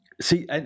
See